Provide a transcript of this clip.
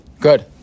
Good